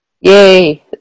Yay